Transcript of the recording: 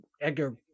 Edgar